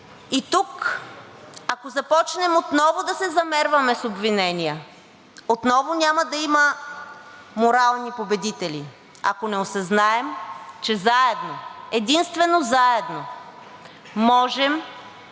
и ако тук започнем отново да се замерваме с обвинения, отново няма да има морални победители, ако не осъзнаем, че заедно, единствено заедно можем да се борим